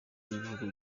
y’ibihugu